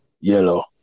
yellow